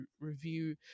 review